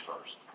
first